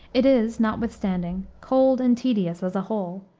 it is, notwithstanding, cold and tedious, as a whole,